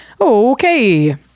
Okay